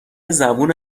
زبون